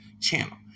channel